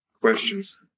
questions